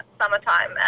summertime